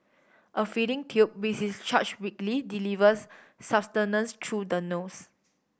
a feeding tube which is charge weekly delivers sustenance through the nose